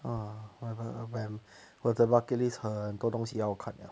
啊要怎么办我的 bucket list 很多东西要看啊